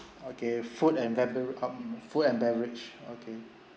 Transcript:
okay food and bever~ um food and beverage okay